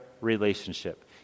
relationship